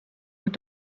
mit